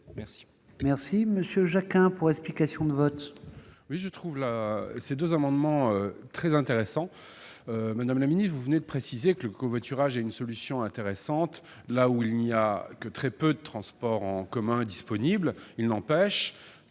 est à M. Olivier Jacquin, pour explication de vote. Je trouve ces deux amendements très intéressants. Madame la ministre, vous venez de préciser que le covoiturage est une solution pertinente là où il n'y a que très peu de transports en commun disponibles. Il n'empêche